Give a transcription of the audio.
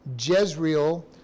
Jezreel